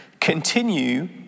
continue